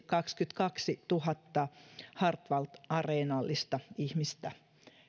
kaksikymmentäkaksituhatta hartwall areenallista ihmistä